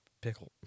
pickle